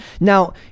now